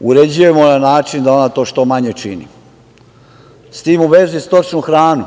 uređujemo na način da ona to što manje čini. S tim u vezi stočnu hranu